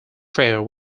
fare